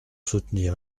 soutenir